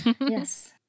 Yes